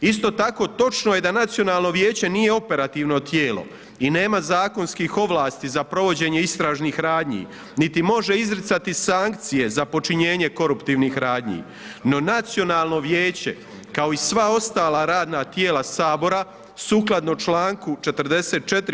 Isto tako, točno je da Nacionalno vijeće nije operativno tijelo i nema zakonskih ovlasti za provođenje istražnih radnji niti može izricati sankcije za počinjenje koruptivnih radnji no Nacionalno vijeće kao i sva ostala radna tijela Sabora, sukladno članku 44.